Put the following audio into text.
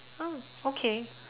ah okay